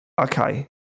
okay